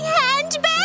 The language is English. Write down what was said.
handbag